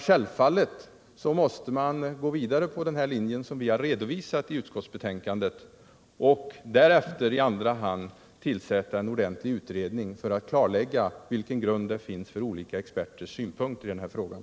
Självfallet måste man gå vidare på den linje som vi redovisat i utskottsbetänkandet och därefter, i andra hand, tillsätta en ordentlig utredning för att klarlägga vilken grund det finns för olika experters synpunkter i den här frågan.